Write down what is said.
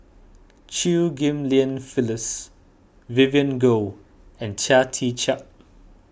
Chew Ghim Lian Phyllis Vivien Goh and Chia Tee Chiak